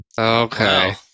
Okay